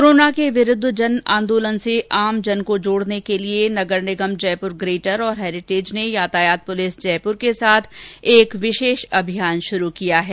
corona के विरूद्व जन आंदोलन से आमजन को जोड़ने के लिये नगर निगम जयपुर ग्रेटर और हैरिटेज ने यातायात पुलिस जयपुर के साथ एक विशेष अभियान शुरू किया है